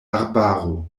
arbaro